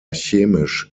chemisch